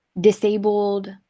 disabled